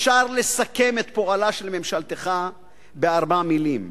אפשר לסכם את פועלה של ממשלתך בארבע מלים: